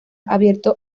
abierto